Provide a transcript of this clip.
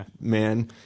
man